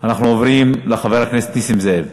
אינו נוכח, אנחנו עוברים לחבר הכנסת נסים זאב,